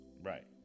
Right